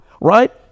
right